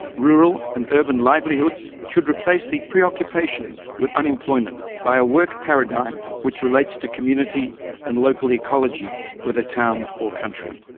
rural and urban livelihoods should replace the preoccupation with unemployment by a work paradigm which relates to community and local ecology whether ah town or country.